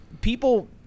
people